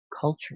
culture